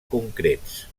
concrets